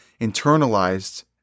internalized